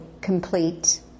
complete